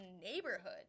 neighborhood